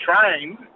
train